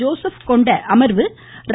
Joseph கொண்ட அமர்வு ர